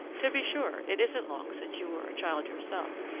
to be sure, it isn't long since you were a child yourself,